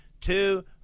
Two